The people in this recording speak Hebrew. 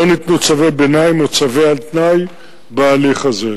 לא ניתנו צווי ביניים או צווים על-תנאי בהליך הזה.